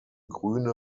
grüne